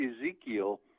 Ezekiel